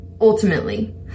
ultimately